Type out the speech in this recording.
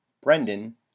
brendan